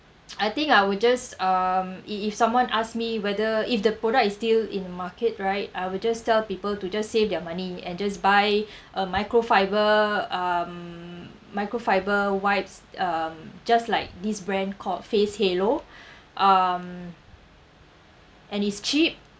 I think I would just um if if someone asked me whether if the product is still in market right I will just tell people to just save their money and just buy a micro fiber um micro fiber wipes um just like this brand called face halo um and it's cheap